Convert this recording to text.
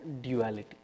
duality